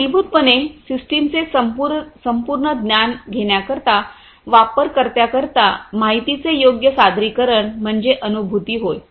मूलभूतपणे सिस्टमचे संपूर्ण ज्ञान घेण्याकरिता वापरकर्त्यांकरिता माहितीचे योग्य सादरीकरण म्हणजे अनुभूती होय